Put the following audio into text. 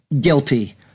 guilty